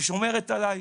ששומרת עליי,